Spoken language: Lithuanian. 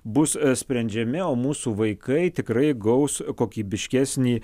bus sprendžiami o mūsų vaikai tikrai gaus kokybiškesnį